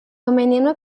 menino